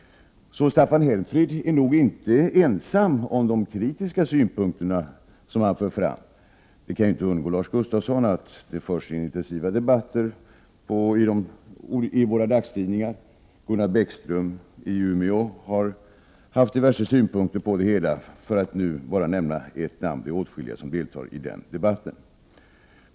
Staffan Helmfrid är nog inte ensam om de kritiska synpunkter som han för fram. Det kan ju inte undgå Lars Gustafsson att det förs intensiva debatter i våra dagstidningar. Gunnar Bäckström i Umeå har haft diverse synpunkter på detta, för att nämna en av dem som deltar i den debatten.